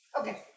okay